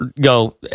go